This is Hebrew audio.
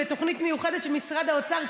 בתוכנית מיוחדת של משרד האוצר,